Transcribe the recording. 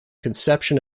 conception